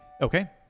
Okay